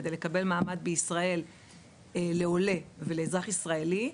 כדי לקבל מעמד בישראל לעולה ולאזרח ישראלי,